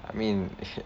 I mean